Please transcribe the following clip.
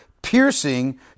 piercing